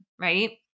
right